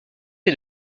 est